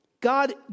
God